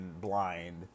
blind